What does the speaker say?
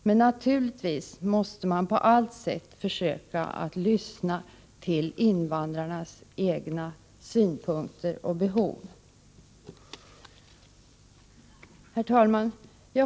Men naturligtvis måste man på allt sätt försöka att lyssna till invandrarnas egna synpunkter och behov. Herr talman!